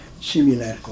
similar